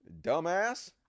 Dumbass